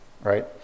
right